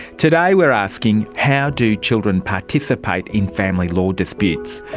today we're asking how do children participate in family law disputes.